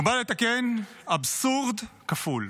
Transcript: הוא בא לתקן אבסורד כפול.